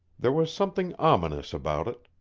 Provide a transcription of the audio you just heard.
there was something ominous about it.